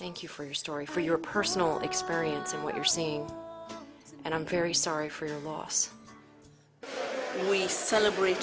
thank you for your story for your personal experience and what you're saying and i'm very sorry for your loss we celebrate